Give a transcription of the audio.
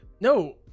no